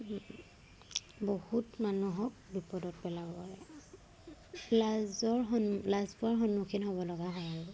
বহুত মানুহক বিপদত পেলাব লাজৰ সন লাজ পোৱাৰ সন্মুখীন হ'বলগা হয় আৰু